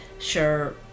sure